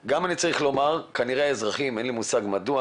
צריך גם לומר שכנראה האזרחים ואין לי מושג מדוע